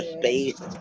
space